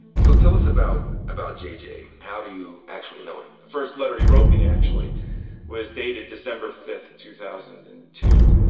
so tell us about about jj. how do you actually know him? the first letter he wrote me actually was dated december fifth, two thousand and two.